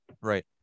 right